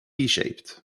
shaped